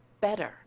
better